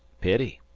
pity,